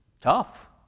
Tough